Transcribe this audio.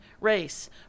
race